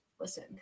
Listen